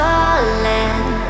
Falling